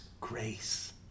grace